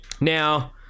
now